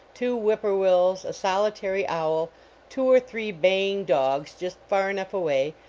two whip-po wills, a solitary owl two or three baying dog just far enough away,